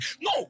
No